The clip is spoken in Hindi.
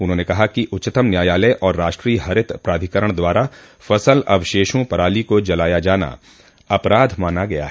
उन्होंने कहा कि उच्चतम न्यायालय और राष्ट्रीय हरित प्राधिकरण द्वारा फसल अवशेषों पराली को जलाया जाना अपराध माना गया है